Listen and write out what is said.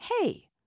Hey